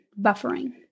buffering